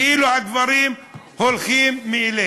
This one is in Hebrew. כאילו הדברים הולכים מאליהם.